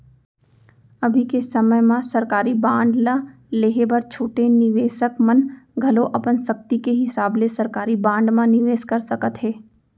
अभी के समे म सरकारी बांड ल लेहे बर छोटे निवेसक मन घलौ अपन सक्ति के हिसाब ले सरकारी बांड म निवेस कर सकत हें